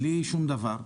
בלי שום דבר.